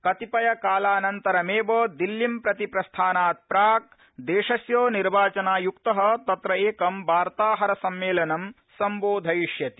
कतिपयकालानन्तरमेव दिल्लीं प्रति प्रस्थानात् प्राक् देशस्य निर्वाचनायुक्त तत्र एकं वार्ताहरसम्मेलनं सम्बोधयिष्यति